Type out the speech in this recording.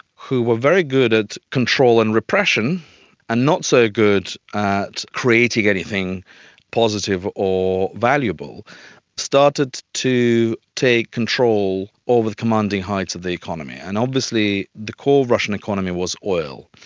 who were very good at control and repression and not so good at creating anything positive or valuable started to take control over the commanding heights of the economy. and obviously the core russian economy was oil.